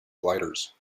gliders